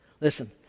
Listen